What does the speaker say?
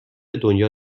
دنیا